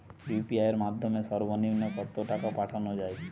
UPI এর মাধ্যমে সর্ব নিম্ন কত টাকা পাঠানো য়ায়?